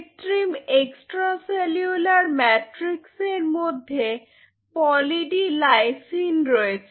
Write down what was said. কৃত্রিম extracellular ম্যাট্রিক্সের মধ্যে পলি ডি লাইসিন রয়েছে